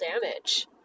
damage